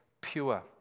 pure